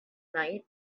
night